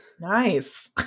Nice